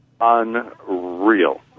Unreal